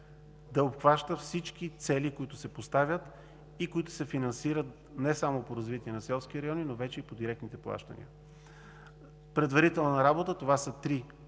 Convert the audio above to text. да обхваща всички цели, които се поставят и които се финансират – не само по развитие на селските райони, но вече и по директните плащания. Предварителна работа – това са три SWOT